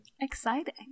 Exciting